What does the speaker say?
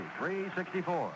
364